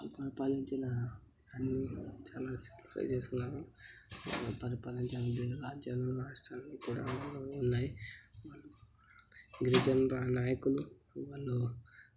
all పరిపాలించినా అన్నీ చాలా సాక్రిఫైజ్ చేసుకున్నారు వాళ్ళు పరిపాలించిన బీద రాజ్యాలు రాష్ట్రాలు కూడా ఉన్నాయి వాళ్ళు గిరిజన రా నాయకులు వాళ్ళు